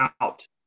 out